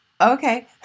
okay